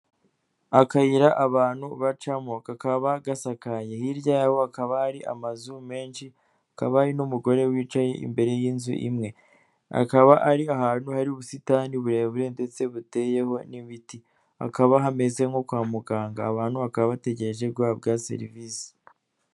Akayira abantu bacamo kakaba gasakaye, hirya yaho hakaba hari amazu menshi, hakaba n'umugore wicaye imbere y'inzu imwe, akaba ari ahantu hari ubusitani burebure ndetse buteyeho n'imiti, hakaba hameze nko kwa muganga abantu bakaba bategereje guhabwa serivisi.